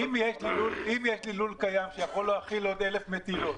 אם יש לי לול קיים שיכול להכיל עוד 1,000 מטילות